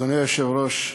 אדוני היושב-ראש,